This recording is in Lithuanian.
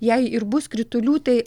jei ir bus kritulių tai